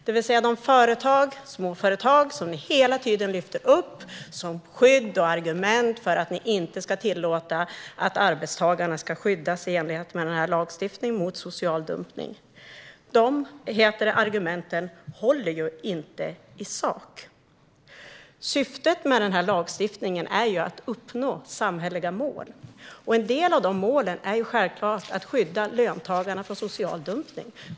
Ni lyfter hela tiden upp småföretagen som skydd och argument för att ni inte vill tillåta att arbetstagarna skyddas i enlighet med denna lagstiftning mot social dumpning. Dessa argument håller dock inte i sak. Syftet med den här lagstiftningen är att uppnå samhälleliga mål. Ett av de målen är självklart att skydda löntagarna från social dumpning.